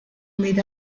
meet